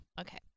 Okay